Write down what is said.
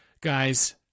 guys